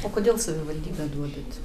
o kodėl savivaldybę duodat